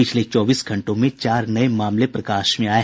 पिछले चौबीस घंटों में चार नये मामले प्रकाश में आये